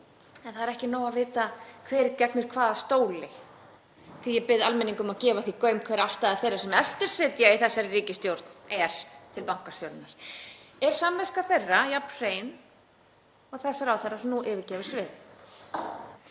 En það er ekki nóg að vita hver situr á hvaða stóli því að ég bið almenning að gefa því gaum hver afstaða þeirra sem eftir sitja í þessari ríkisstjórn er til bankasölunnar. Er samviska þeirra jafn hrein og þess ráðherra sem nú yfirgefur sviðið?